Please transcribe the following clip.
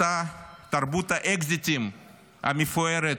אותה תרבות האקזיטים המפוארת,